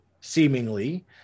seemingly